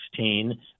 2016